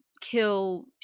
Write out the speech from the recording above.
kill